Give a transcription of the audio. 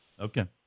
Okay